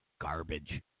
garbage